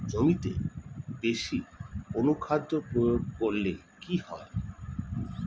জমিতে বেশি অনুখাদ্য প্রয়োগ করলে কি হয়?